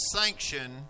sanction